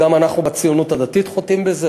גם אנחנו בציונות הדתית חוטאים בזה,